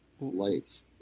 lights